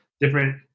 Different